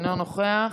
אינו נוכח,